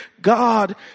God